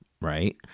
right